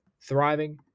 thriving